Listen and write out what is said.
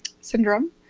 syndrome